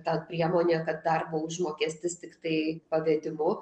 ta priemonė kad darbo užmokestis tiktai pavedimu